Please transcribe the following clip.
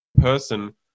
person